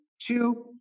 two